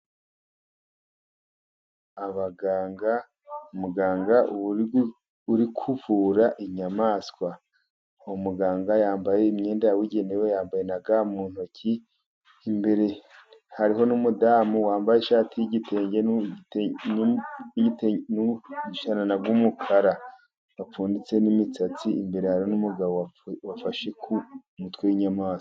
Abaganga , muganga uri kuvura inyamaswa , uwo muganga yambaye imyenda yabugenewe, yambaye ga mu ntoki imbere hariho n'umudamu wambaye ishati y'igitenge, n'umushanana w'umukara bapfunditse n'imisatsi , imbere hari n'umugabo wafashe ku mutwe w'inyamaswa.